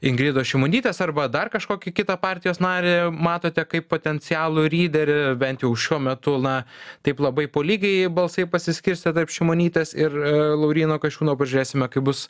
ingridos šimonytės arba dar kažkokį kitą partijos narį matote kaip potencialų lyderį bent jau šiuo metu na taip labai po lygiai balsai pasiskirstė tarp šimonytės ir lauryno kasčiūno pažiūrėsime kaip bus